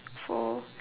four